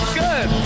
good